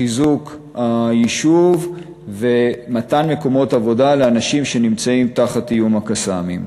חיזוק היישוב ומתן מקומות עבודה לאנשים שנמצאים תחת איום ה"קסאמים".